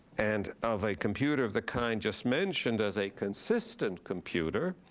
and of a computer of the kind just mentioned as a consistent computer,